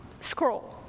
scroll